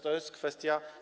To jest kwestia.